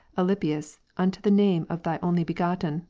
alypius, unto the name of thy only begotten,